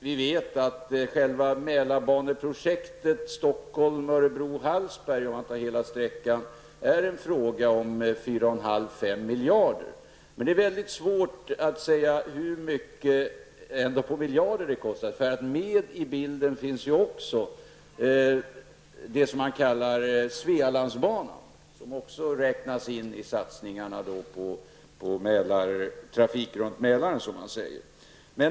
Vi vet att själva Hallsberg, om man tar hela sträckan, är en fråga om 4,5--5 miljarder. Men det är ändå mycket svårt att exakt på miljarden säga hur mycket det kommer att kosta. Med i bilden finns nämligen även det som man kallar Svealandsbanan, som också räknas in i satsningarna på trafiken runt Mälaren.